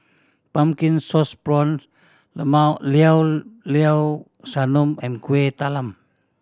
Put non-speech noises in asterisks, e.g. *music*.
Pumpkin Sauce Prawns *unintelligible* Llao Llao Sanum and Kueh Talam